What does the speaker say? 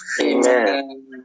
Amen